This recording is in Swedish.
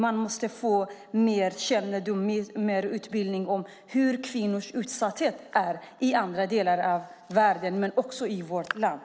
Man måste få mer kännedom om kvinnors utsatthet både i andra delar av världen och i vårt land.